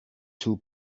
too